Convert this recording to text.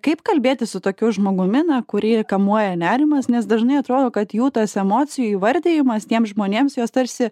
kaip kalbėti su tokiu žmogumi na kurį kamuoja nerimas nes dažnai atrodo kad jų tas emocijų įvardijimas tiems žmonėms juos tarsi